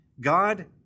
God